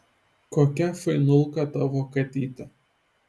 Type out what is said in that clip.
kokia fainulka tavo katytė